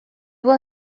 will